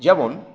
যেমন